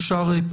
הצבעה אושר.